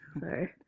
Sorry